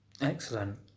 excellent